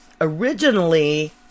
Originally